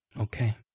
okay